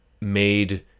made